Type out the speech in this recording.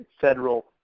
federal